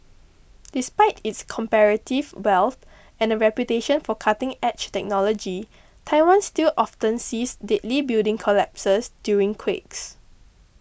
despite its comparative wealth and a reputation for cutting edge technology Taiwan still often sees deadly building collapses during quakes